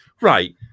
Right